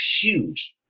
huge